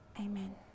Amen